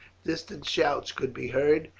distant shouts could be heard,